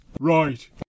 Right